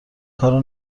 کارو